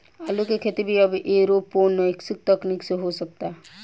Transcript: आलू के खेती भी अब एरोपोनिक्स तकनीकी से हो सकता